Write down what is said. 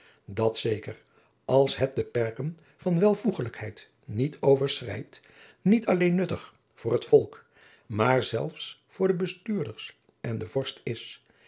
dat zeker als het de perken van welvoegelijkheid niet overschrijdt niet alleen nuttig voor het volk maar zelfs voor de bestuurders en den vorst is